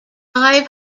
five